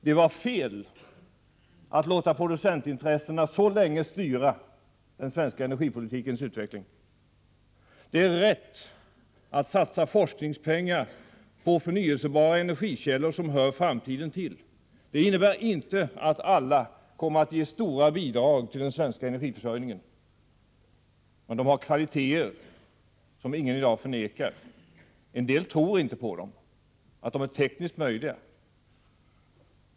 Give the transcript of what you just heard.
Det var fel att låta producentintressena så länge styra den svenska energipolitikens utveckling. Det är rätt att satsa forskningspengar på förnyelsebara energikällor som hör framtiden till. Det innebär inte att alla kommer att ge stora bidrag till den svenska energiförsörjningen. Men de har kvaliteter som få i dag förnekar. En del tror inte på att de är tekniskt möjliga.